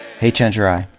hey chenjerai.